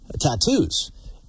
tattoos